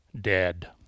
dead